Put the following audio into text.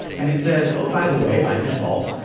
and it says, oh, by the way, by default,